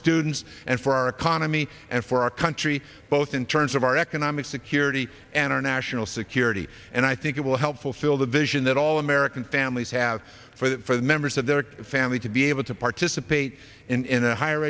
students and for our economy and for our country both in terms of our economic security and our national security and i think it will help fulfill the vision that all american families have for the members of their family to be able to participate in a higher